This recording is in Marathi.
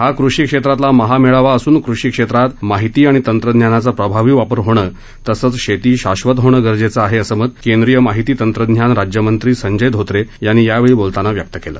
हा कृषी क्षेत्रातला महामेळावा असून कृषी क्षेत्रात माहिती आणि तंत्रज्ञानाचा प्रभावी वापर होणं तसंच शेती शाश्वत होणं गरजेचं आहे असं मत केंद्रीय माहिती तंत्रज्ञान राज्यमंत्री संजय धोते यांनी यावेळी बोलताना व्यक्त केलं